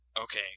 Okay